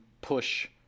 push